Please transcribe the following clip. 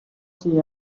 see